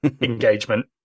engagement